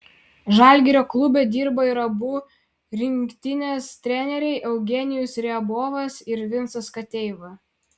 žalgirio klube dirba ir abu rinktinės treneriai eugenijus riabovas ir vincas kateiva